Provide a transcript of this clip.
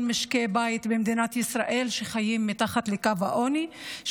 משקי בית במדינת ישראל שחיים מתחת לקו העוני,